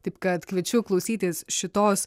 taip kad kviečiu klausytis šitos